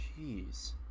Jeez